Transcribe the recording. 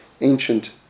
ancient